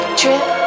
trip